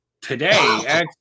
today